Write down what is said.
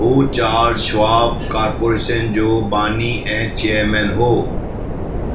हू Charles Schwab Corporation जो बानी ऐं चैयरमेन हो